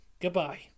Goodbye